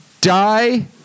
Die